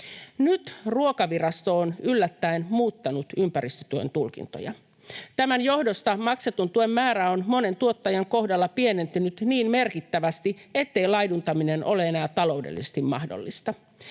Nyt Ruokavirasto on yllättäen muuttanut ympäristötuen tulkintoja. Tämän johdosta maksetun tuen määrä on monen tuottajan kohdalla pienentynyt niin merkittävästi, ettei laiduntaminen ole enää taloudellisesti mahdollista.